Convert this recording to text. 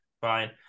fine